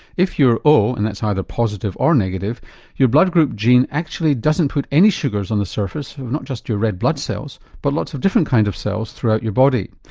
if you're o and that's either positive or negative your blood group gene actually doesn't put any sugars on the surface or not just your red blood cells but lots of different kinds of cells through our body.